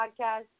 podcast